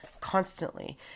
constantly